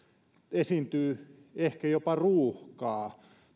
esiintyy ehkä jopa ruuhkaa